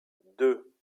deux